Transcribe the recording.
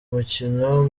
umukino